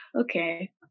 okay